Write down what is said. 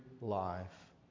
life